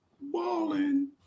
balling